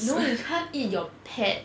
no you can't eat your pet